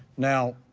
now,